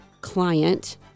client